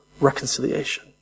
reconciliation